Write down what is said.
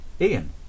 Ian